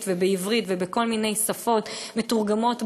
ובעברית ובכל מיני שפות מתורגמות בעולם,